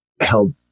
help